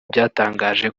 byatangaje